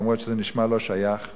אף שזה נשמע לא שייך,